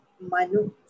manu